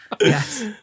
Yes